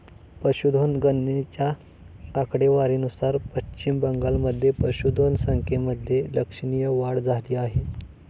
पशुधन गणनेच्या आकडेवारीनुसार पश्चिम बंगालमध्ये पशुधन संख्येमध्ये लक्षणीय वाढ झाली आहे